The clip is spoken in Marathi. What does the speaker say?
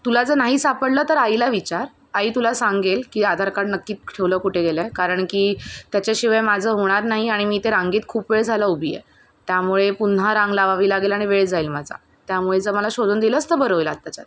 तुला जर नाही सापडलं तर आईला विचार आई तुला सांगेल की आधार कार्ड नक्कीच ठेवलं कुठे गेलं आहे कारण की त्याच्याशिवाय माझं होणार नाही आणि मी ते रांगेत खूप वेळ झालं उभी आहे त्यामुळे पुन्हा रांग लावावी लागेल आणि वेळ जाईल माझा त्यामुळे जर मला शोधून दिलंस तर बरं होईल आत्ताच्या आत्ता